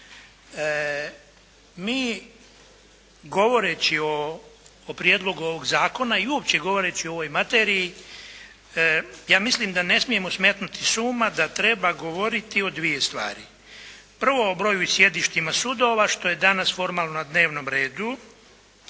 Mi govoreći o prijedlogu ovog zakona i uopće govoreći o ovoj materiji ja mislim da ne smijemo smetnuti s uma da treba govoriti o dvije stvari. Prvo o broju i sjedištima sudova što je danas formalno na dnevnom redu,